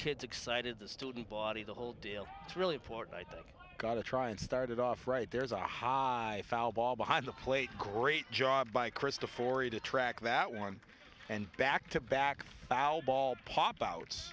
kids excited the student body the whole deal it's really important i got to try and start it off right there's a high foul ball behind the plate great job by krista for you to track that one and back to back our ball pop out